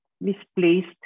misplaced